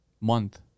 month